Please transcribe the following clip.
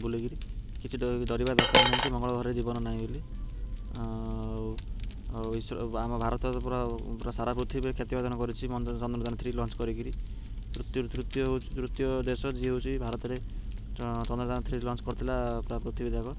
ବୁଲିକିରି କିଛି ଡରିବା ଦରକାର ନାହିଁ ଯେ ମଙ୍ଗଳ ଗ୍ରହରେ ଜୀବନ ନାହିଁ ବୋଲି ଆଉ ଆଉ ଆମ ଭାରତ ପୁରା ପୁରା ସାରା ପୃଥିବୀରେ ଖ୍ୟାତି ଅର୍ଜନ କରିଛି ଚନ୍ଦ୍ରଯାନ ଥ୍ରୀ ଲଞ୍ଚ କରିକିରି ତୃତୀୟ ହେଉଛି ତୃତୀୟ ଦେଶ ଯିଏ ହେଉଛି ଭାରତରେ ଚନ୍ଦ୍ରଯାନ ଥ୍ରୀ ଲଞ୍ଚ କରିଥିଲା ପୁରା ପୃଥିବୀ ଯାକ